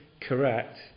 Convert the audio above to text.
correct